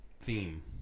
theme